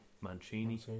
Mancini